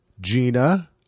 Gina